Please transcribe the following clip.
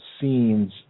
scenes